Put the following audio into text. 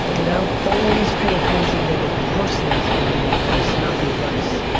you know always pay attention to the person that's giving the advice not the advice.